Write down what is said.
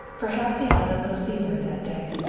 perhaps he had a little fever that day.